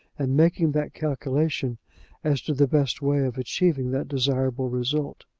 and making that calculation as to the best way of achieving that desirable result.